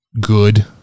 good